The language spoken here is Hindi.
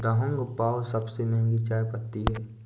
दहुंग पाओ सबसे महंगी चाय पत्ती है